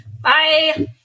Bye